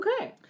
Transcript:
Okay